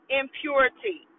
impurity